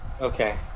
Okay